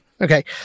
Okay